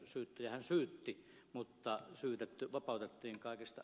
syyttäjähän syytti mutta syytetty vapautettiin kaikista